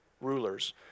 rulers